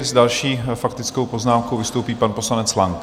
S další faktickou poznámkou vystoupí pan poslanec Lang.